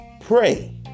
pray